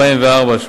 ב-2004,